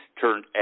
turned